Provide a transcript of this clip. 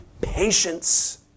patience